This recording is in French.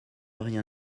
rien